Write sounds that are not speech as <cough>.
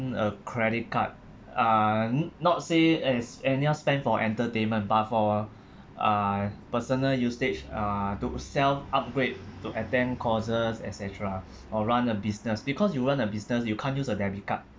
a credit card uh n~ not say as annual spend for entertainment but for <breath> uh personal usage uh to self upgrade to attend courses et cetera <breath> or run a business because you own a business you can't use a debit card